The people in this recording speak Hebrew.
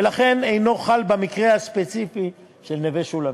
ולכן אינו חל במקרה הספציפי של "נווה שולמית",